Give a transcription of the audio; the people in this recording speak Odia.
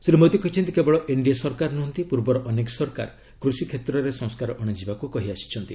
ଶ୍ରୀ ମୋଦୀ କହିଛନ୍ତି କେବଳ ଏନ୍ଡିଏ ସରକାର ନୁହନ୍ତି ପୂର୍ବର ଅନେକ ସରକାର କୃଷି କ୍ଷେତ୍ରରେ ସଂସ୍କାର ଅଣାଯିବାକୁ କହି ଆସିଛନ୍ତି